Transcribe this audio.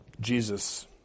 Jesus